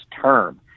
term